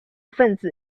分子